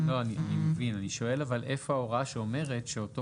אבל אני שואל איפה ההוראה שאומרת שאותו